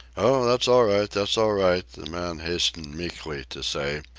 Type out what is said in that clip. oh, that's all right, that's all right, the man hastened meekly to say.